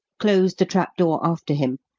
closed the trap-door after him,